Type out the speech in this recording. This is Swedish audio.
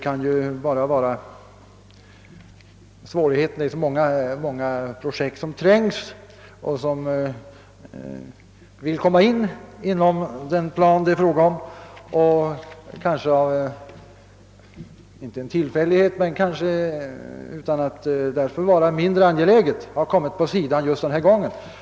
Många projekt kan ju trängas om utrymmet, och något av dem kan ju, om inte direkt av en tillfällighet men utan att därför vara mindre angeläget, ha råkat komma vid si dan om planen.